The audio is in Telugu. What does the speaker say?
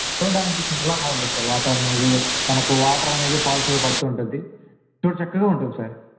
చూడడానికి చాలా బాగుంటుంది సార్ వాతావరణం అది మనకు వాటర్ అనేది ఫాల్స్గా పడుతూ ఉంటుంది చూడచక్కగా ఉంటుంది సార్